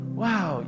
wow